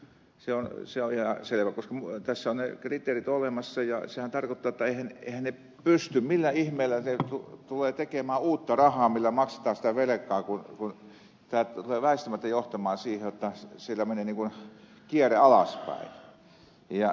se on ihan selvä koska nämä kriteerit ovat olemassa ja sehän tarkoittaa jotta eiväthän he pysty millä ihmeellä he tulevat tekemään uutta raahaa millä maksetaan sitä velkaa kun tämä tulee väistämättä johtamaan siihen jotta siellä menee niin kuin kierre alaspäin